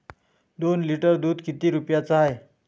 दोन लिटर दुध किती रुप्याचं हाये?